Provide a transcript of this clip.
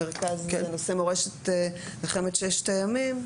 המרכז בנושא מורשת מלחמת ששת הימים,